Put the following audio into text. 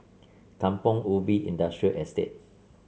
Kampong Ubi Industrial Estate